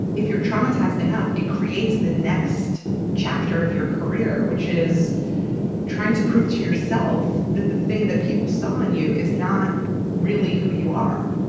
if you're traumatized enough, it creates the. next chapter of your career, which is trying to prove to yourself that the thing that people saw on you is not really who you are.